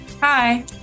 Hi